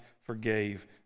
forgave